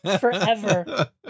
forever